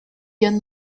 john